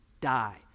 die